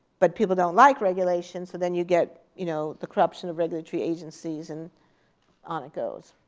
but people don't like regulation, so then you get you know the corruption of regulatory agencies, and on it goes.